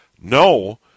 no